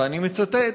ואני מצטט: